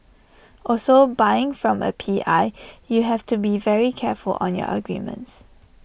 also buying from A P I you have to be very careful on your agreements